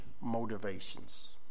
motivations